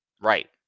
Right